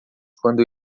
quando